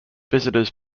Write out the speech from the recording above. visitors